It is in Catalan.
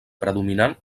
predominant